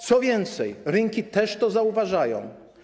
Co więcej, rynki też to zauważają.